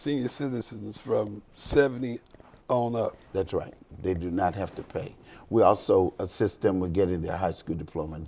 senior citizens from seventy oh no that's right they do not have to pay we also a system we get in the high school diploma